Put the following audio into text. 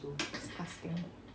disgusting